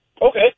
Okay